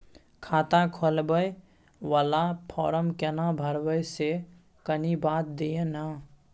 खाता खोलैबय वाला फारम केना भरबै से कनी बात दिय न?